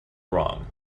wrong